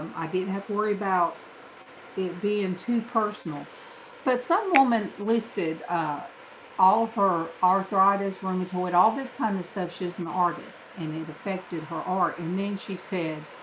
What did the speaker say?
um i didn't have to worry about it being too personal but some woman listed all of her arthritis rheumatoid all this kind of stuff. she's an artist and it affected her art and then she said